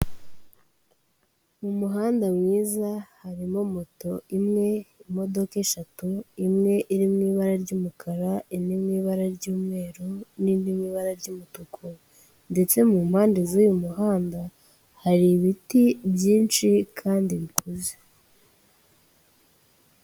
Mu muhanda mwiza harimo moto imwe, imodoka eshatu; imwe iri mu ibara ry'umukara, indi mu ibara ry'umweru, n'indi mu ibara ry'umutuku; ndetse mu mpande z'uyu muhanda hari ibiti byinshi kandi bikuze.